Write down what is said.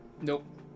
Nope